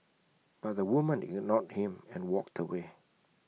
but the woman ignored him and walked away